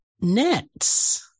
Nets